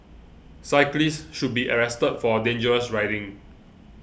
cyclist should be arrested for dangerous riding